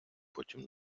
потім